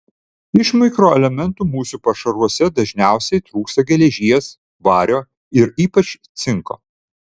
iš mikroelementų mūsų pašaruose dažniausiai trūksta geležies vario ir ypač cinko